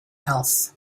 else